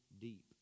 deep